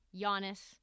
Giannis